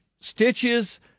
stitches